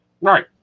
right